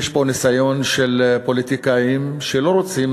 יש פה ניסיון של פוליטיקאים שלא רוצים